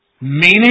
meaning